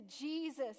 Jesus